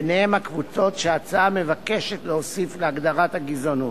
ביניהן הקבוצות שההצעה מבקשת להוסיף להגדרת הגזענות.